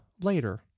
later